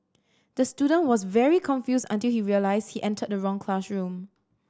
the student was very confused until he realised he entered the wrong classroom